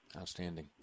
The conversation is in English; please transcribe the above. Outstanding